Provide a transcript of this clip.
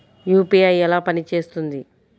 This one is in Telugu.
యూ.పీ.ఐ ఎలా పనిచేస్తుంది?